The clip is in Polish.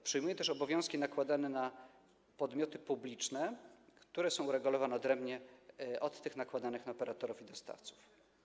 Przejmuje też obowiązki nakładane na podmioty publiczne, które są uregulowane odrębnie od tych nakładanych na operatorów i dostawców.